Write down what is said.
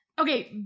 Okay